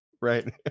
Right